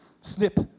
Snip